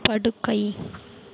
படுக்கை